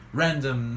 random